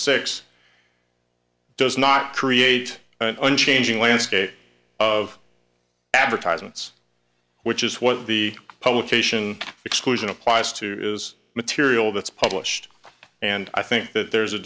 six does not create an unchanging landscape of advertisements which is what the publication exclusion applies to is material that's published and i think that there's a